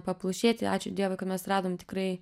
paplušėti ačiū dievui kad mes radom tikrai